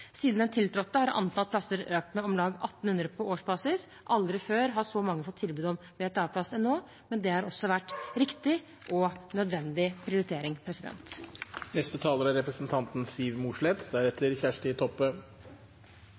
Siden den tiltrådte, har antall plasser økt med om lag 1 800 på årsbasis. Aldri før har så mange fått tilbud om VTA-plass som nå, men det har også vært en riktig og nødvendig prioritering. De talere som heretter får ordet, har òg en taletid på inntil 3 minutter. En meningsfull hverdag er